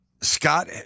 scott